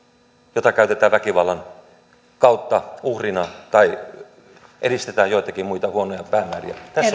jota käytetään väkivallan kautta uhrina tai edistämään joitakin muita huonoja päämääriä